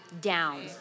down